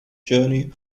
journey